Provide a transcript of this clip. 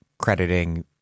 crediting